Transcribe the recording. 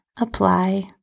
apply